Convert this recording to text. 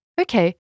Okay